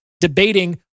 debating